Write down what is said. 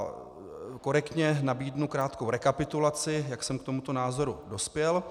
A korektně nabídnu krátkou rekapitulaci, jak jsem k tomuto názoru dospěl.